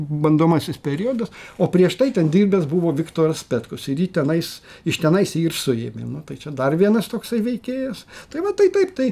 bandomasis periodas o prieš tai ten dirbęs buvo viktoras petkus ir jį tenais iš tenais jį ir suėmė nu tai čia dar vienas toksai veikėjas tai va tai taip tai